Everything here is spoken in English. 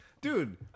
Dude